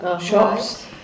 shops